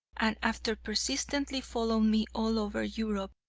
and, after persistently following me all over europe,